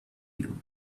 you